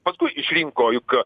paskui išrinko juk